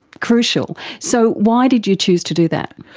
crucial. so why did you choose to do that?